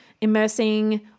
immersing